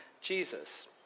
Jesus